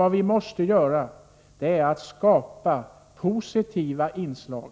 Vad vi måste göra är att skapa positiva inslag